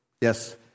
yes